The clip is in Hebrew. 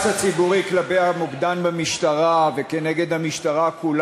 מטפלים בנושא הגז במפרץ חיפה.